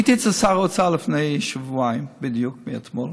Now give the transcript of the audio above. הייתי אצל שר האוצר לפני שבועיים, בדיוק מאתמול,